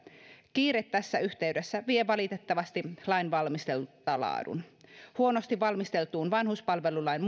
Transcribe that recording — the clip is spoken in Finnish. kiire tässä yhteydessä vie valitettavasti lainvalmistelulta laadun huonosti valmisteltuun vanhuspalvelulain